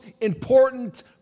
important